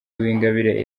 uwingabire